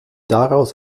daraus